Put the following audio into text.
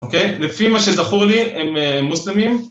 אוקיי? לפי מה שזכור לי, הם מוסלמים.